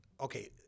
Okay